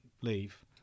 leave